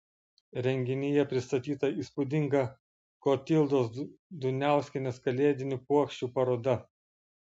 renginyje pristatyta įspūdinga klotildos duniauskienės kalėdinių puokščių paroda